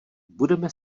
budeme